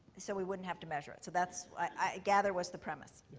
so we wouldn't have to measure it. so that's i gather was the premise.